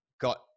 got